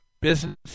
Business